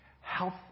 Health